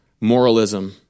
moralism